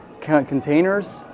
containers